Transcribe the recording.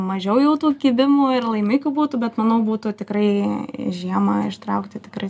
mažiau jau tų kibimų ir laimikių būtų bet manau būtų tikrai žiemą ištraukti tikrai